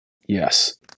Yes